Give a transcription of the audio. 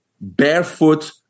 barefoot